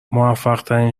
موفقترین